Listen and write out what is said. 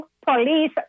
police